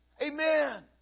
Amen